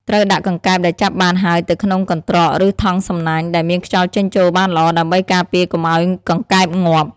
ត្រូវដាក់កង្កែបដែលចាប់បានហើយទៅក្នុង កន្ត្រក ឬ ថង់សំណាញ់ ដែលមានខ្យល់ចេញចូលបានល្អ ដើម្បីការពារកុំឲ្យកង្កែបងាប់។